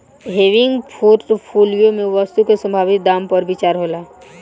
हेविंग portfolio में वस्तु के संभावित दाम पर विचार होला